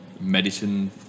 medicine